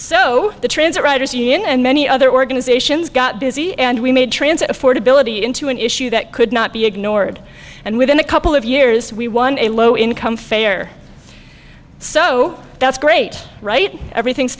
so the transit writers union and many other organizations got busy and we made transit affordability into an issue that could not be ignored and within a couple of years we won a low income fair so that's great right everything's